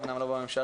אמנם לא בממשלה,